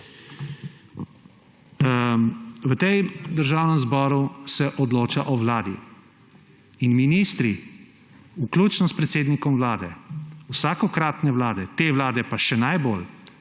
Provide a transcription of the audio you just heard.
V tem državnem zboru se odloča o vladi. In ministri, vključno s predsednikom vlade, vsakokratne vlade, te vlade pa še najbolj,